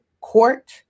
court